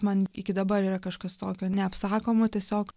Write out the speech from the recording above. man iki dabar yra kažkas tokio neapsakomo tiesiog